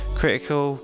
critical